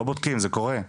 לא בודקים, זה קורה.